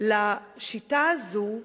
לשיטה הזו,